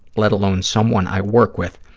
let alone someone i work with,